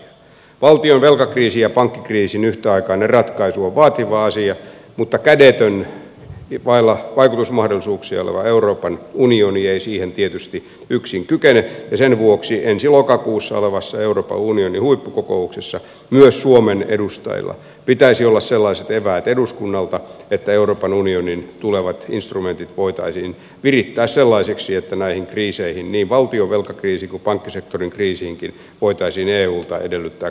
valtion velkakriisin ja pankkikriisin yhtäaikainen ratkaisu on vaativa asia mutta kädetön vailla vaikutusmahdollisuuksia oleva euroopan unioni ei siihen tietysti yksin kykene ja sen vuoksi ensi lokakuussa olevassa euroopan unionin huippukokouksessa myös suomen edustajilla pitäisi olla sellaiset eväät eduskunnalta että euroopan unionin tulevat instrumentit voitaisiin virittää sellaisiksi että näihin kriiseihin niin valtion velkakriisiin kuin pankkisektorin kriisiinkin voitaisiin eulta edellyttää kohtuullisia ratkaisuja